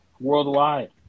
worldwide